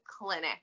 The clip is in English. clinic